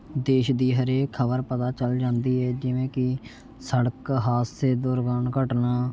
ਦੇਸ਼ ਦੀ ਹਰੇਕ ਖ਼ਬਰ ਪਤਾ ਚੱਲ ਜਾਂਦੀ ਹੈ ਜਿਵੇਂ ਕਿ ਸੜਕ ਹਾਦਸੇ ਦੁਰਘਟਨਾ